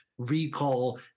recall